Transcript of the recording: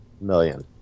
million